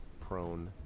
prone